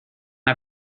una